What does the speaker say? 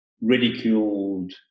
ridiculed